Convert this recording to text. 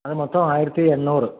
അത് മൊത്തം ആയിരത്തി എണ്ണൂറ്